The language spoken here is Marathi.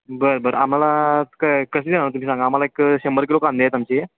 बरं बरं आम्हाला काय कशी जाणार तुम्ही सांगा आम्हाला एक शंभर किलो कांदे आहेत आमचे